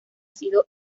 sido